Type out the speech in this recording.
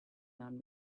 man